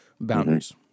Boundaries